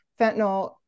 fentanyl